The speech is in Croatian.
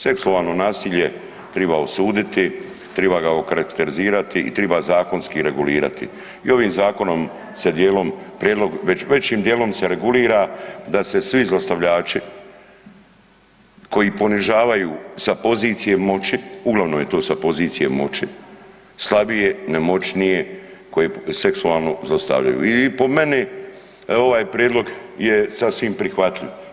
Seksualno nasilje triba osuditi, triba ga okarakterizirati i triba zakonski regulirati i ovim zakonom se dijelom, prijedlog, većim dijelom se regulira, da se svi zlostavljači koji ponižavaju sa pozicije moći, uglavnom je to sa pozicije moći, slabije, nemoćnije, koje seksualno zlostavljaju i po meni, ovaj prijedlog je sasvim prihvatljiv.